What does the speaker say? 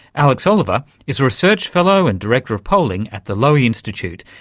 alex oliver is a research fellow and director of polling at the lowy institute,